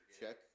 check